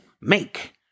make